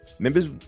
Members